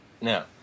No